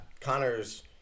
Connor's